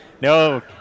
No